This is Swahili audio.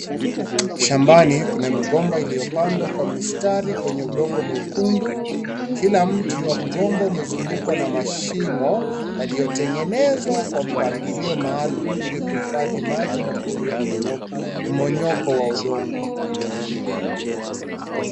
Shambani kuna migomba iliyopandwa kwa mistari kwenye udongo mwekundu. Kila mti wa mgomba, umezungukwa na mashimo, yaliyotengenezwa kwa mpangilio maalum, ili kuhifadhi maji na kuzuia mmomonyoko wa udongo.